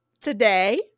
today